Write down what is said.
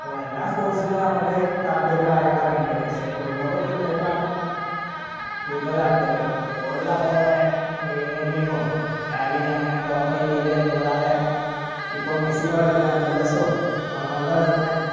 അപ്പോൾ ഇത് എല്ലാ സ്പോര്ട്ട്സിനും നമ്മൾക്കു താൽപര്യം കാര്യങ്ങളൊക്കെ ഉണ്ട് പക്ഷെ ഫുട്ബോളും ക്രിക്കറ്റുമാണ് കൂടുതൽ താല്പര്യം ഫുട്ബോളില് അതെ പോലെ പ്രിമിയര് ലീഗും കാലീഗി അങ്ങനെ ടോപ് ഫൈവ് ലീഗ് അത്കൂടാതെ ഇപ്പോൾ മെസ്സി ഇപ്പോൾ കളിക്കുന്ന എം എല് എസ്സും റൊണാള്ഡോ കളിക്കുന്ന